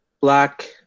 Black